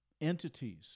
entities